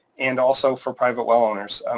and also for private well owners.